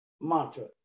mantra